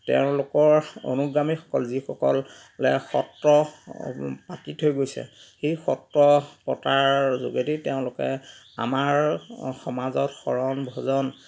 তেওঁলোকৰ অনুগামীসকল যিসকলে সত্ৰ পাতি থৈ গৈছে সেই সত্ৰ পতাৰ যোগেদি তেওঁলোকে আমাৰ সমাজত শৰণ ভজন